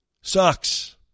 Sucks